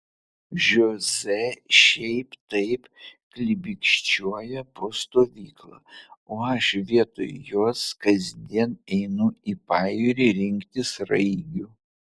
žoze šiaip taip klibikščiuoja po stovyklą o aš vietoj jos kasdien einu į pajūrį rinkti sraigių